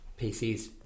PCs